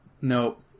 Nope